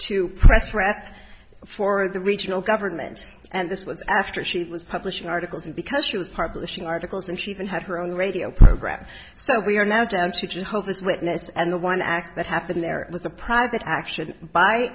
to press rep for the regional government and this was after she was publishing articles and because she was part of a few articles and she even had her own radio program so we are now down to do hope this witness and the one act that happened there was a private action by